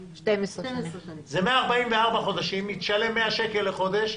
זה 144 חודשים, היא תשלם 100 שקל לחודש,